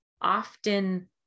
often